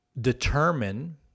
determine